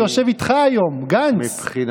אחרי שלפני שנה,